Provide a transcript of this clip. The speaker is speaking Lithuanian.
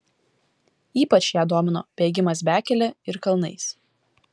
ypač ją domino bėgimas bekele ir kalnais